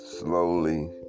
slowly